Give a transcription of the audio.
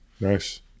Nice